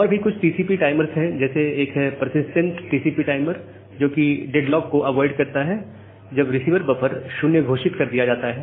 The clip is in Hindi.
और भी कुछ टीसीपी टाइमर है जैसे एक है परसिस्टेंट टीसीपी टाइमर जो कि डेडलॉक को अवॉइड करता है जब रिसीवर बफर 0 घोषित किया जाता है